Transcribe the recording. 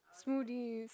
smoothie